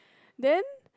then